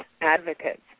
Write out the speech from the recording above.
advocates